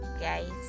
guys